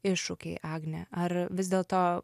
iššūkiai agne ar vis dėlto